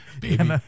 baby